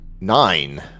nine